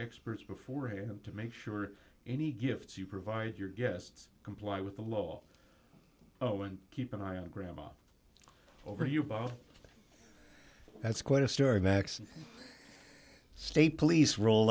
here to make sure any gifts you provide your guests comply with the law oh and keep an eye on grandma over you both that's quite a story max state police rol